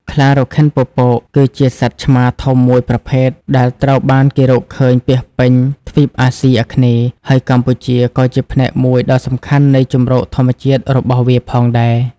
ខ្លារខិនពពក គឺជាសត្វឆ្មាធំមួយប្រភេទដែលត្រូវបានគេរកឃើញពាសពេញទ្វីបអាស៊ីអាគ្នេយ៍ ហើយកម្ពុជាក៏ជាផ្នែកមួយដ៏សំខាន់នៃជម្រកធម្មជាតិរបស់វាផងដែរ។